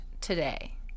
today